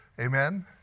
Amen